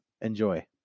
Enjoy